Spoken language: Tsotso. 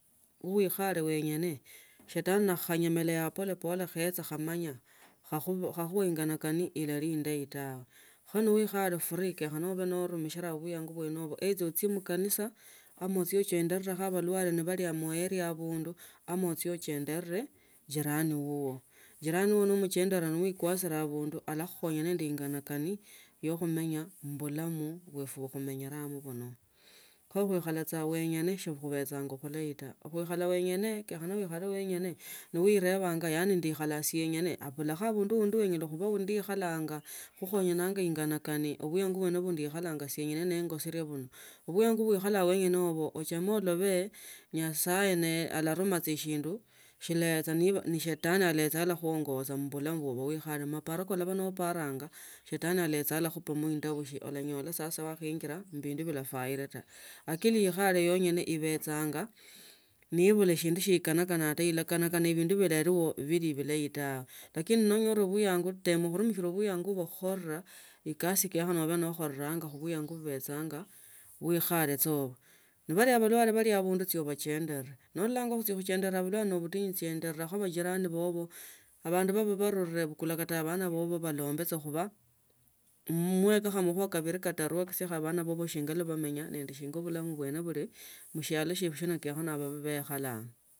Nowikhale wenyene shetani nakho khanyemelea polepole khecha khamanya khakhuwa enganikani indayi tawe kho niwikhale free kenyaku abe norumishila bwiyangu bwene bali muana abundu ama uchie uchondone bwalale bali muana abundu ama uchie uchondone jirani wuwo i jirani wuwo nomuchendera nawi. Kwazile abindu alakukhonya nende ingani kani ye khumenya bulamu bwefe be khumenyalamo muno khuichala sa wenyene si buwecha bulayi taa okhukhala wenyene kenyekhana uikhale wenyene nowirebanga yaani ndikala siengene bulakho abundu andi onyala khuikhalanga khukhonyananga ingani kani buyangu bwene bwe ndikhalanga siengene ningosele abindu bwiyangu bwa khukhalanga wenyene uchama ulobe nyasaye naye alanima sa shindu shilecha niba shetani alecha alakhuongoza mu bulamu mu buikhale ne amapano kalaba neparanga shetani alecha alakhutiaba indabusi olanyola sasa wakhainjira mbindu bila faile taa lakini ikhale yenyene ibechang naibula ishindu shie ekanakonanga binsu bila bilari bilayi tawe lakini nonyola buiyangu tema khurumuhila buiyangu khukhora khukasi yeba nokholanga bwiyangu bubechanga na uikhale ao nebali abundu cho obachendere nolola khuchenda abandu niba banale bukula kata abana babo balonde sichila becha khuba muekekho amakhuwa kabili katani ili uekye bana shinga bamenya shanga bulamu bwena buli mushialo mwene mwefu balabu baikhalanga.